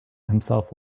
himself